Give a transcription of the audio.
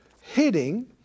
hitting